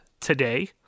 today